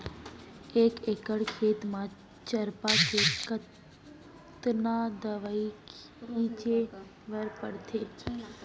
एक एकड़ खेत म चरपा के कतना दवई छिंचे बर पड़थे?